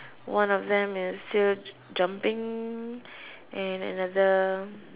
one of them is still jumping and another